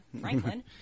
Franklin